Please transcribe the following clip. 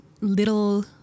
little